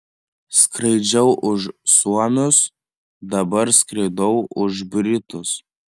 skraidžiau už suomius dabar skraidau už britus